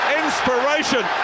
inspiration